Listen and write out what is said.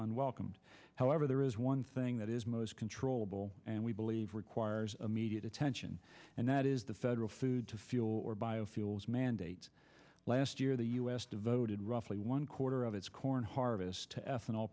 unwelcomed however there is one thing that is most controllable and we believe requires immediate attention and that is the federal food to fuel or biofuels mandates last year the u s devoted roughly one quarter of its corn harvest